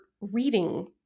reading